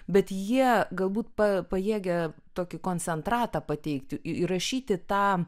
bet jie galbūt pa pajėgia tokį koncentratą pateikti įrašyti tą